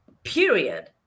period